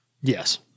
Yes